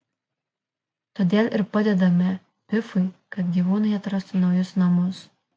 todėl ir padedame pifui kad gyvūnai atrastų naujus namus